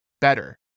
better